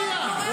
נמצאים בדיגיטל.